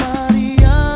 Maria